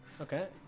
Okay